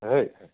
হয়